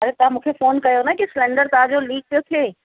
अड़े तव्हां मूंखे फ़ोन कयो न की सिलेंडर तव्हांजो लीक पियो थिए